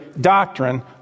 doctrine